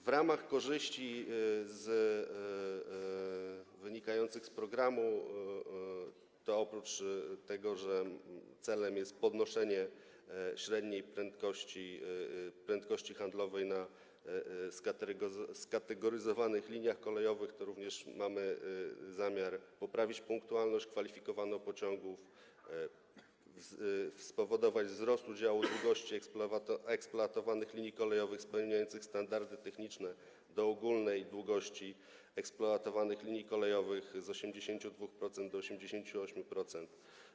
W ramach korzyści wynikających z programu oprócz tego, że celem jest podnoszenie średniej prędkości handlowej na skategoryzowanych liniach kolejowych, mamy również zamiar poprawić punktualność kwalifikowaną pociągów i spowodować wzrost udziału długości eksploatowanych linii kolejowych spełniających standardy techniczne w stosunku do ogólnej długości eksploatowanych linii kolejowych z 82% do 88%.